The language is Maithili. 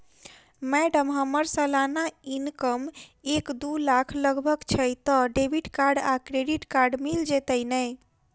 मैडम हम्मर सलाना इनकम एक दु लाख लगभग छैय तऽ डेबिट कार्ड आ क्रेडिट कार्ड मिल जतैई नै?